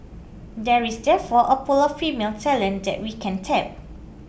there is therefore a pool of female talent that we can tap